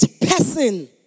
person